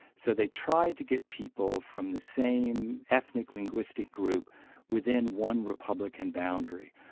so they tried to get people from the same ethnic-linguistic group within one republican boundary.